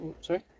Sorry